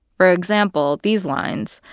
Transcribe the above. for example, these lines.